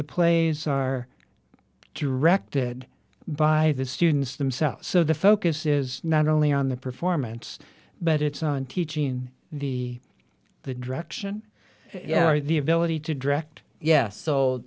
the plays are wrecked it by the students themselves so the focus is not only on the performance but it's on teaching the the direction yeah or the ability to direct yes so